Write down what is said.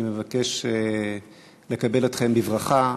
אני מבקש לקבל אתכם בברכה.